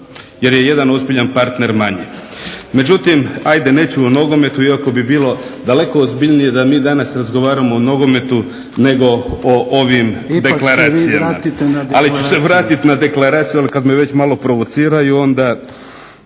jer je jedan ozbiljan partner manje. Međutim, ajde neću o nogometu iako bi bilo daleko ozbiljnije da mi danas razgovaramo o nogometu nego o ovim deklaracijama. Ali ću se vratiti na deklaraciju. Ali kada me već malo provociraju.